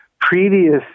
previous